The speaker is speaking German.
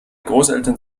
großeltern